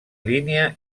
línia